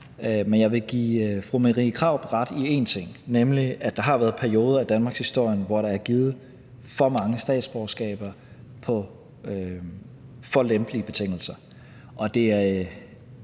Men jeg vil give fru Marie Krarup ret i en ting, nemlig at der har været perioder i danmarkshistorien, hvor der blev givet for mange statsborgerskaber på for lempelige betingelser, og der er